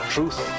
Truth